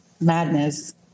Madness